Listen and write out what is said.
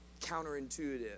counterintuitive